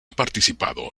participado